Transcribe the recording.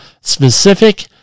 specific